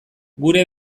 gure